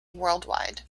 worldwide